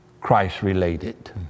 Christ-related